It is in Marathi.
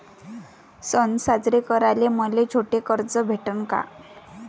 सन साजरे कराले मले छोट कर्ज भेटन का?